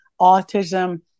autism